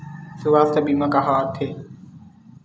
सुवास्थ बीमा का काम आ थे?